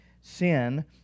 sin